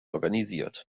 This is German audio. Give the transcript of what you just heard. organisiert